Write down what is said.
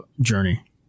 journey